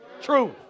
Truth